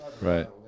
Right